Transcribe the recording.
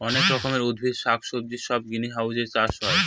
অনেক রকমের উদ্ভিদ শাক সবজি সব গ্রিনহাউসে চাষ হয়